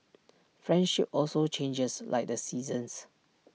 friendship also changes like the seasons